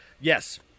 Yes